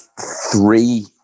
three